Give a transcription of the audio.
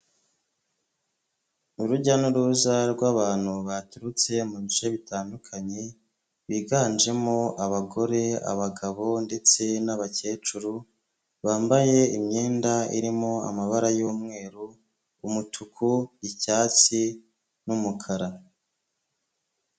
Urujya n'uruza rw'abantu baturutse mu bice bitandukanye, biganjemo abagore abagabo ndetse n'abakecuru, bambaye imyenda irimo amabara y'umweru ,umutuku ,icyatsi n'umukara.